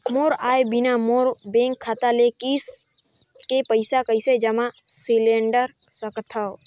मोर आय बिना मोर बैंक खाता ले किस्त के पईसा कइसे जमा सिलेंडर सकथव?